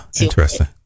interesting